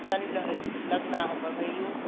सल् लग्नाः भवेयुः